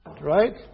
right